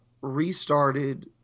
restarted